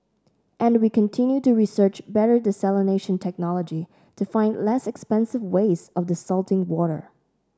and we continue to research better desalination technology to find less expensive ways of desalting water